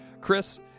Chris